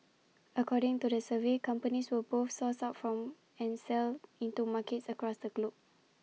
according to the survey companies will both source from and sell into markets across the globe